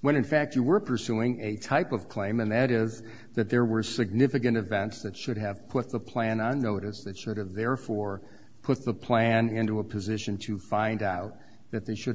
when in fact you were pursuing a type of claim and that is that there were significant events that should have put the plan on notice that sort of therefore put the plan into a position to find out that they should